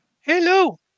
hello